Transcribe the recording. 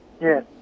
Yes